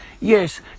Yes